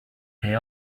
pay